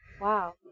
Wow